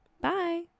Bye